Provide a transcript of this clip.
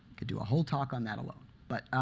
could do a whole talk on that alone. but